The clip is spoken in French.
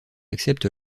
accepte